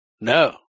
no